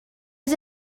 was